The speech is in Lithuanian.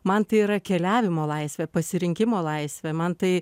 man tai yra keliavimo laisvė pasirinkimo laisvė man tai